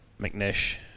Mcnish